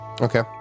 okay